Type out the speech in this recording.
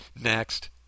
Next